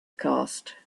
cast